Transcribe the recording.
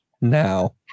now